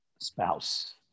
spouse